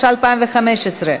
התשע"ה 2015,